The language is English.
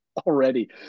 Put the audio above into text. Already